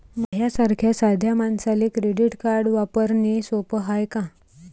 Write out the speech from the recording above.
माह्या सारख्या साध्या मानसाले क्रेडिट कार्ड वापरने सोपं हाय का?